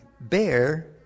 bear